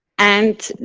and,